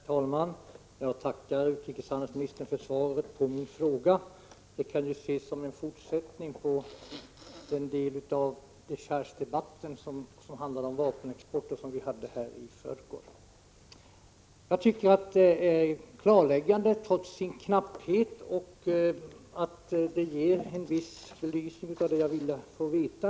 Herr talman! Jag tackar utrikeshandelsministern för svaret på min fråga. Det kan ju ses som en fortsättning på den del av dechargedebatten som handlade om vapenexport och som vi hade här i förrgår. Jag tycker att svaret är klarläggande trots sin knapphet och att det ger en viss belysning av det som jag ville få veta.